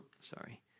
Sorry